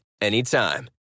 anytime